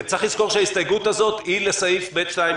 וצריך לזכור שההסתייגות הזו היא לסעיף (ב2),